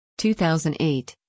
2008